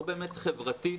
או חברתית,